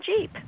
Jeep